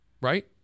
right